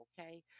okay